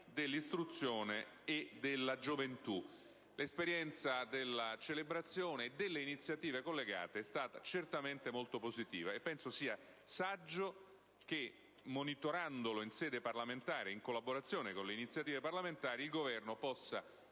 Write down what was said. dell'istruzione e della gioventù. L'esperienza della celebrazione e delle iniziative collegate è stata certamente molto positiva. Penso allora sia saggio che, monitorandolo in sede parlamentare e in collaborazione con le iniziative parlamentari, il Governo possa